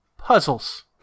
Puzzles